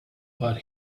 but